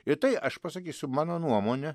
ir tai aš pasakysiu mano nuomone